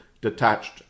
detached